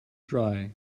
dry